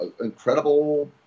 incredible